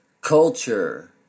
Culture